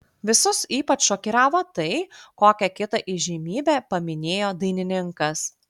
visus ypač šokiravo tai kokią kitą įžymybę paminėjo dainininkas